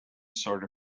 sort